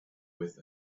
with